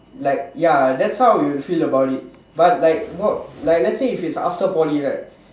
like ya that's how we'll feel about it but like let's say it's after Poly right